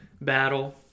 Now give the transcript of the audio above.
battle